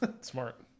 Smart